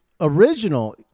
original